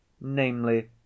namely